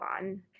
on